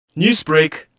Newsbreak